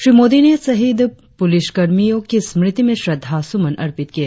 श्री मोदी ने शहीद पुलिसकर्मियो की स्मृति में श्रद्धा सुमन अर्पित किए